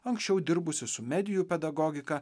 anksčiau dirbusi su medijų pedagogika